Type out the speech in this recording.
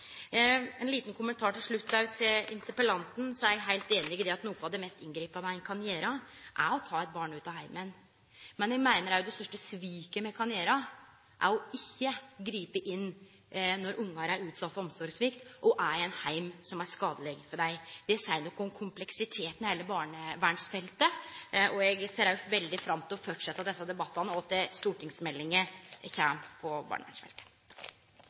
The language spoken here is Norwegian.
Ein liten kommentar til interpellanten til slutt: Eg er heilt einig i at noko av det mest inngripande ein kan gjere, er å ta eit barn ut av heimen, men eg meiner òg at det største sviket me kan gjere, er å ikkje gripe inn når ungar er utsette for omsorgssvikt og er i en heim som er skadeleg for dei. Det seier noko om kompleksiteten i heile barnevernsfeltet. Eg ser veldig fram til å fortsetje desse debattane når stortingsmeldinga om barnevernet kjem.